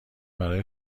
برای